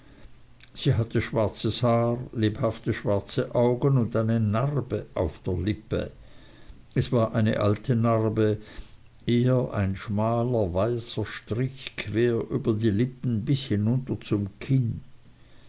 sie hatte schwarzes haar lebhafte schwarze augen und eine narbe auf der lippe es war eine alte narbe eher ein schmaler weißer strich quer über die lippen bis herunter zum kinn